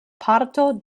parto